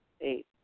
Eight